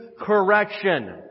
Correction